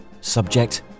Subject